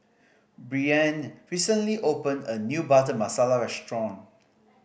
Breanne recently opened a new Butter Masala restaurant